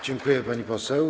Dziękuję, pani poseł.